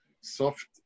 soft